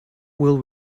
will